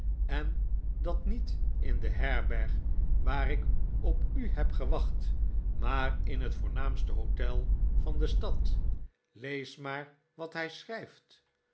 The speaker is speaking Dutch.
eh dat niet in de herberg waar ik op u heb gewacht maar in het voornaamste hotel van de stad lees maar wat hij schrijft